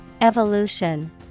Evolution